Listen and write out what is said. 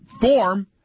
form